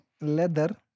leather